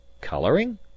Coloring